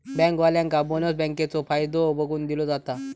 बँकेवाल्यांका बोनस बँकेचो फायदो बघून दिलो जाता